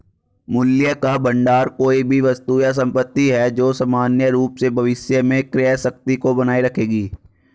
मूल्य का भंडार कोई भी वस्तु या संपत्ति है जो सामान्य रूप से भविष्य में क्रय शक्ति को बनाए रखेगी